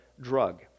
drug